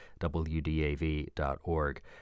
WDAV.org